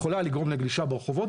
לגלישה ברחובות.